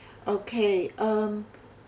okay um